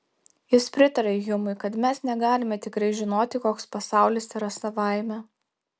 jis pritaria hjumui kad mes negalime tikrai žinoti koks pasaulis yra savaime